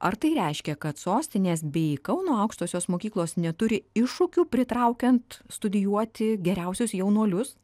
ar tai reiškia kad sostinės bei kauno aukštosios mokyklos neturi iššūkių pritraukiant studijuoti geriausius jaunuolius